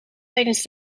tijdens